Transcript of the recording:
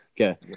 okay